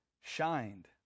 Shined